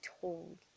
told